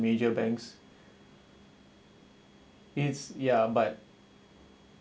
major banks it's ya but